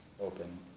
open